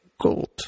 gold